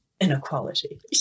inequality